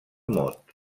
mot